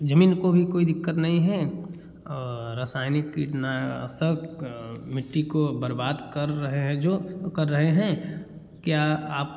ज़मीन को भी कोई दिक्कत नही है रसायनिक कीटनाशक मिट्टी को बर्बाद कर रहे है जो कर रहे है क्या आप